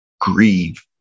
grieve